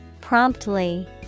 Promptly